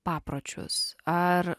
papročius ar